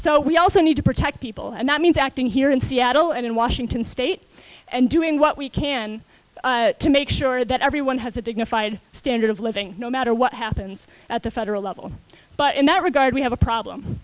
so we also need to protect people and that means acting here in seattle and in washington state and doing what we can to make sure that everyone has a dignified standard of living no matter what happens at the federal level but in that regard we have a problem